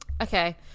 Okay